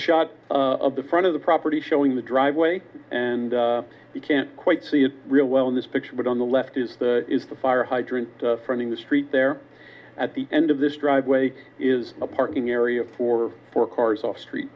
shot of the front of the property showing the driveway and you can't quite see it real well in this picture but on the left is the is the fire hydrant fronting the street there at the end of this driveway is a parking area for four cars off